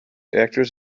actors